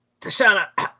Tashana